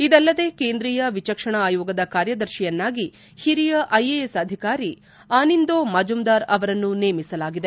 ಇದಲ್ಲದೇ ಕೇಂದ್ರೀಯ ವಿಚಕ್ಷಣ ಆಯೋಗದ ಕಾರ್ಯದರ್ಶಿಯನ್ನಾಗಿ ಹಿರಿಯ ಐಎಎಸ್ ಅಧಿಕಾರಿ ಆನಿಂದೋ ಮಜುಂದಾರ್ ಅವರನ್ನು ನೇಮಿಸಲಾಗಿದೆ